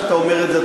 שאתה אומר את זה,